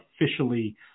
officially